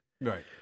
Right